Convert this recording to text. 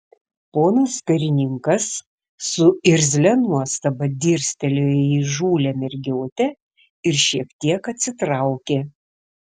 ponas karininkas su irzlia nuostaba dirstelėjo į įžūlią mergiotę ir šiek tiek atsitraukė